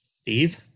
Steve